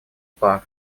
пар